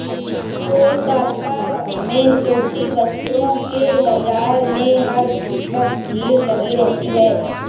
कोलकाता में सूती वस्त्रों के बाजार में हर वक्त भीड़ लगी रहती है